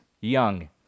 young